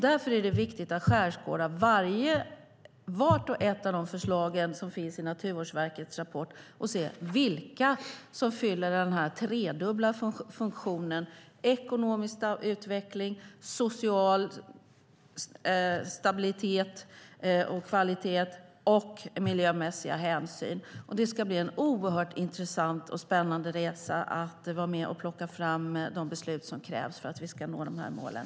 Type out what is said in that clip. Därför är det viktigt att skärskåda vart och ett av de förslag som finns i Naturvårdsverkets rapport för att se vilka som fyller den tredubbla funktionen ekonomisk utveckling, social stabilitet och kvalitet samt miljömässiga hänsyn. Det ska bli en oerhört intressant och spännande resa att vara med och plocka fram de beslut som krävs för att vi ska nå de här målen.